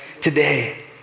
today